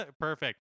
Perfect